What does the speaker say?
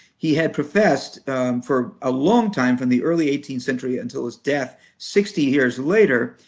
he had professed for a long time, from the early eighteenth century until his death sixty years later,